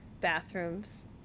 bathrooms